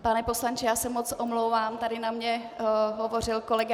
Pane poslanče, já se moc omlouvám, tady na mě hovořil kolega.